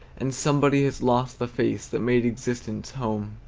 and somebody has lost the face that made existence home!